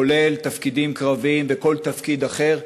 כולל תפקידים קרביים וכל תפקיד אחר,